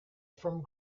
from